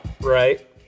right